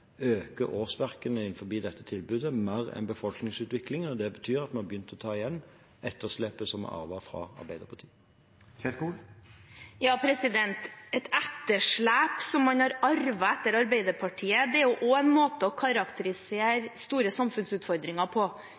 årsverkene innenfor dette tilbudet mer enn befolkningsutviklingen, og det betyr at vi har begynt å ta igjen etterslepet som vi arvet fra Arbeiderpartiet. Et etterslep som man har arvet etter Arbeiderpartiet – det er også en måte å karakterisere store samfunnsutfordringer på.